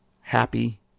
Happy